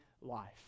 life